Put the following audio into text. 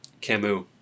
Camus